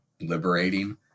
liberating